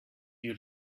you